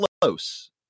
close